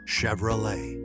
Chevrolet